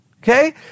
Okay